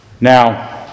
now